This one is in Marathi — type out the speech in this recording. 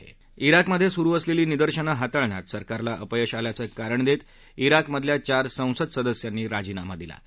ा रोकमध्ये सुरु असलेली निदर्शनं हातळण्यात सरकारला अपयश आल्याचं कारण देत ा रोकमधल्या चार संसद सदस्यांनी राजीनामा दिला आहे